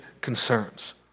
concerns